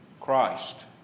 Christ